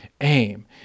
aim